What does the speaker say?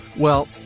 well,